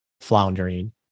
floundering